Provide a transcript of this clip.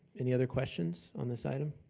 any other questions on this item?